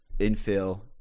infill